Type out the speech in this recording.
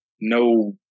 no